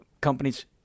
companies